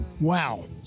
Wow